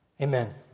Amen